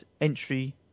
entry